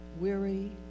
weary